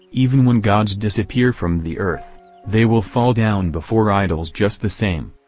even when gods disappear from the earth they will fall down before idols just the same.